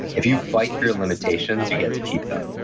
if you fight for your limitations, you get to keep them.